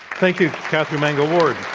thank you, katherine mangu-ward.